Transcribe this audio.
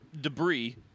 Debris